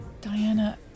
Diana